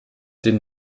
den